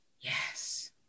Yes